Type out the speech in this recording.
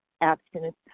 abstinence